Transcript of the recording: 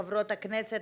חברות הכנסת,